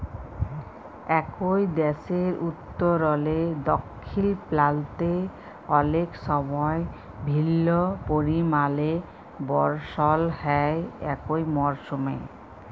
একই দ্যাশের উত্তরলে দখ্খিল পাল্তে অলেক সময় ভিল্ল্য পরিমালে বরসল হ্যয় একই মরসুমে